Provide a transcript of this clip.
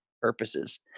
Purposes